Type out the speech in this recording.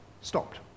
stopped